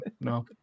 no